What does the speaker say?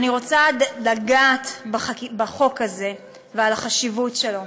ואני רוצה לגעת בחוק הזה ולדבר על החשיבות שלו,